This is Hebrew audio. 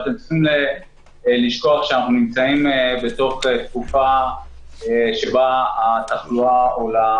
אתם צריכים לזכור שאנחנו נמצאים בתקופה שבה התחלואה עולה,